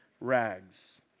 rags